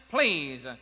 Please